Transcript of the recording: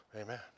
Amen